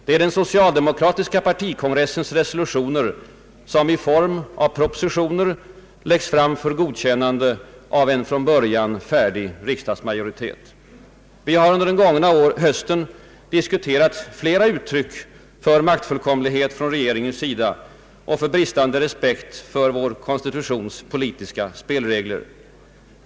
Det är den socialdemokratiska partikongressens resolutioner som i form av propositioner läggs fram för godkännande av en från början färdig riksdagsmajoritet. Vi har under den gångna hösten diskuterat flera uttryck av maktfullkomlighet från regeringens sida och av bristande respekt för vår konstitutions politiska spelregler.